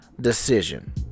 decision